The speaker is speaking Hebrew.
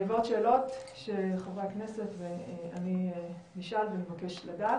ועוד שאלות שחברי הכנסת ואני נשאל ונבקש לדעת